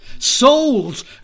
souls